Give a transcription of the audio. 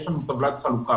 יש לנו טבלת חלוקה.